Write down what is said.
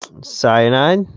Cyanide